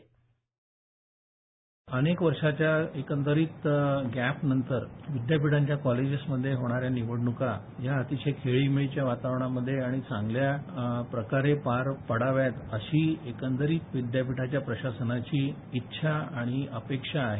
sound bite अनेक व च्या एकदरीत गेंपनंतर विधापीठांच्या कोलेजेसमध्ये होणाऱ्या निवडणुका या अतिशय खेळीमेळीच्या वातावरणामध्ये आणि चांगल्याप्रकारे पार पडाव्या अश्री एकंदरीत विद्यापीठाव्या प्रशासनाची इच्छा आणि अपेक्षा आहे